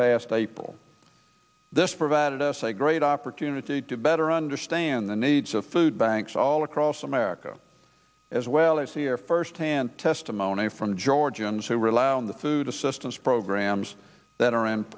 past april this provided us a great opportunity to better understand the needs of food banks all across america as well as hear firsthand testimony from georgians who rely on the food assistance programs that are